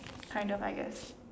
kind of I guess